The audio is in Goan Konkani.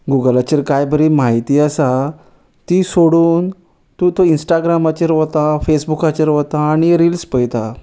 गुगलाचेर काय बरी म्हायती आसा ती सोडून तूं तूं इंस्टाग्रामाचेर वता फेसबुकाचेर वता आनी रिल्स पयता